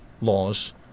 laws